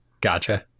Gotcha